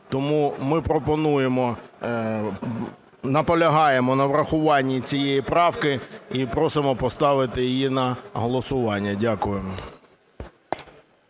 Тому ми пропонуємо, наполягаємо на врахуванні цієї правки і просимо поставити її на голосування. Дякую.